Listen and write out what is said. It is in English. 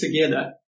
together